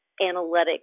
analytics